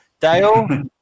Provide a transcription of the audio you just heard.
dale